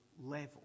level